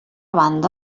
banda